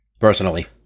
personally